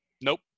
Nope